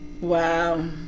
wow